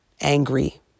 angry